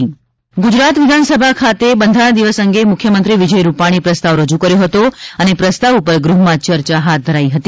વિધાનસભા ગુજરાત વિધાનસભા ખાતે બંધારણ દિવસ અંગે મુખ્યમંત્રી વિજય રુપાણીએ પ્રસ્તાવ રજુ કર્યો હતો અને પ્રસ્તાવ પર ગૃહમાં ચર્ચા હાથ ધરાઇ હતી